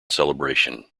celebration